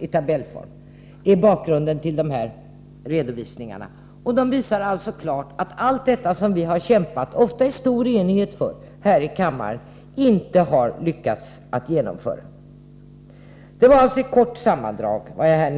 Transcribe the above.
i tabellerna utgör bakgrunden till redovisningarna i fråga. De visar klart att det inte gått att genomföra allt det som vi här i kammaren, ofta i stor enighet, kämpat för. Vad jag här nämnt är ett kort sammandrag.